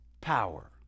power